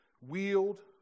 wield